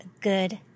good